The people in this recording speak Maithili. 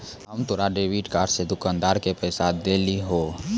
हम तोरा डेबिट कार्ड से दुकानदार के पैसा देलिहों